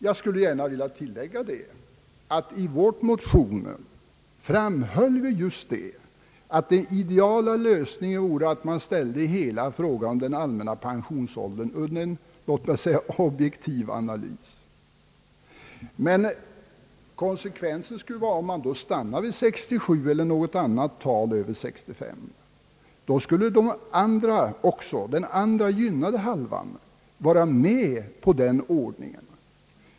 Jag vill gärna tillägga att vi i vår motion framhöll att den ideala lösningen vore att utsätta hela frågan om den allmänna pensionsåldern för en, låt mig säga objektiv analys. Men om man då stannade vid 67 år, eller något annat år över 65, måste också den andra, gynnade halvan vara med på den ordningen.